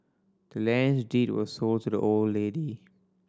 the land's deed was sold to the old lady